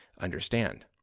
understand